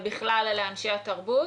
ובכלל, לאנשי התרבות.